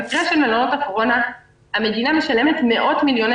במקרה של מלונות הקורונה המדינה משלמת מאות מיליוני